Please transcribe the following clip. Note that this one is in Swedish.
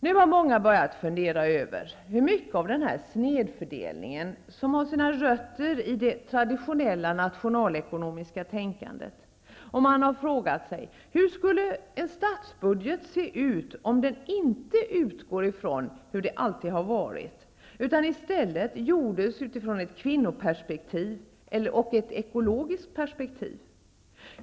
Nu har många börjat fundera över hur mycket av den här snedfördelningen som har sina rötter i det traditionella nationalekonomiska tänkandet. Man har frågat sig: Hur skulle en statsbudget se ut om de inte utgick ifrån hur det alltid har varit utan i stället gjordes utifrån ett kvinnoperspektiv och ett ekologiskt perspektiv?